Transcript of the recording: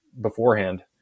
beforehand